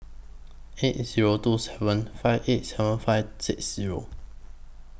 eight Zero two seven five eight seven five six Zero